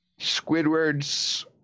Squidward's